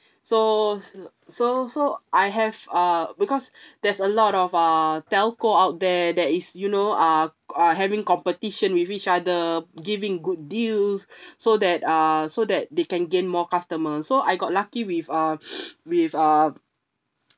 so so so I have uh because there's a lot of uh telco out there that is you know uh uh having competition with each other giving good deals so that uh so that they can gain more customers so I got lucky with a with a